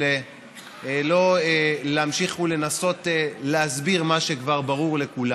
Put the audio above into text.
לא להמשיך ולנסות להסביר מה שכבר ברור לכולם.